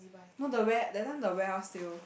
no the ware that time the warehouse sale